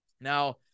Now